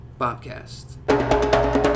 Bobcast